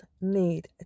need